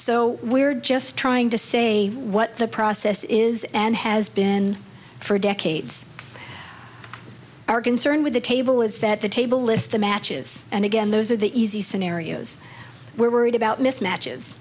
so we're just trying to say what the process is and has been for decades our concern with the table is that the table lists the matches and again those are the easy scenarios we're worried about mismatch